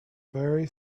very